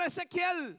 Ezekiel